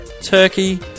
Turkey